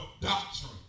doctrine